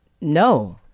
No